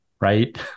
right